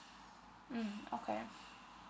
mm okay